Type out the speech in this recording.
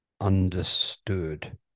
understood